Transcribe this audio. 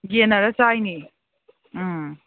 ꯌꯦꯟꯅꯔ ꯆꯥꯔꯤꯅꯤ ꯎꯝ